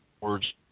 Words